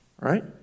right